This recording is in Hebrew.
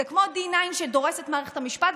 זה כמו D9 שדורס את מערכת המשפט,